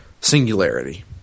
Singularity